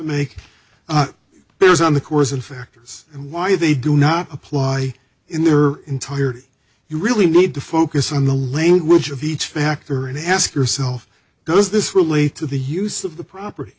make bears on the course and factors and why they do not apply in their entirety you really need to focus on the language of the each factor and ask yourself does this relate to the use of the property